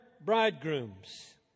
bridegrooms